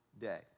day